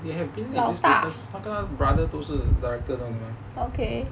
he have been in this business 他跟 brother 都是 director 来的 mah